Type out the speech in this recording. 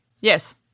Yes